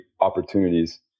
opportunities